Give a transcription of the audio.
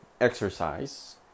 exercise